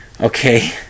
Okay